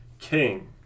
king